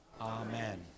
Amen